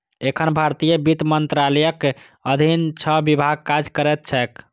एखन भारतीय वित्त मंत्रालयक अधीन छह विभाग काज करैत छैक